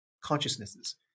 consciousnesses